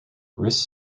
wrist